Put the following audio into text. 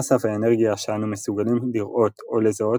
המסה והאנרגיה שאנו מסוגלים לראות או לזהות